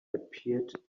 appeared